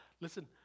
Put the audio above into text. listen